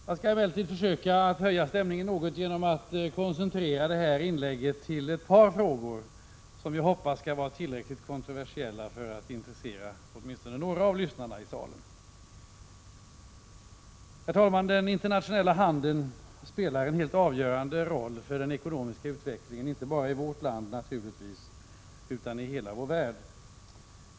Jag skall emellertid försöka att höja stämningen något genom att koncentrera mitt inlägg till ett par frågor som jag hoppas skall vara tillräckligt kontroversiella för att intressera åtminstone några av lyssnarna i salen. Herr talman! Den internationella handeln spelar en helt avgörande roll — naturligtvis inte bara för vårt land utan även för den ekonomiska utvecklingen i hela vår värld.